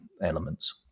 elements